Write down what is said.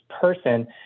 person